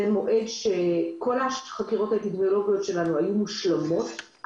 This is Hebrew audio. זה המועד שעד אליו כל החקירות האפידמיולוגיות שלנו היו מושלמות.